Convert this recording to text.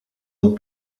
ans